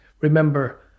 remember